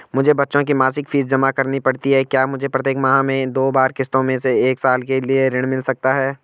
मुझे बच्चों की मासिक फीस जमा करनी पड़ती है क्या मुझे प्रत्येक माह में दो बार किश्तों में एक साल के लिए ऋण मिल सकता है?